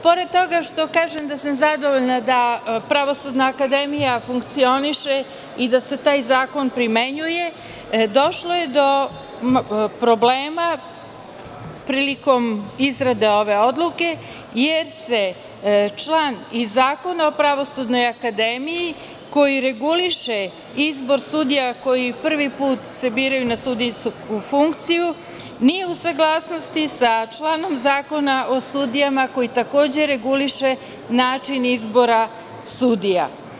Pored toga, što kažem da sam zadovoljna da Pravosudna akademija funkcioniše i da se taj zakon primenjuje, došlo je do problema prilikom izrade ove odluke, jer se član i Zakona o Pravosudnoj akademiji, koji reguliše izbor sudija koji se prvi put biraju na sudijsku funkciju, nije u saglasnosti sa članom Zakona o sudijama koji reguliše način izbora sudija.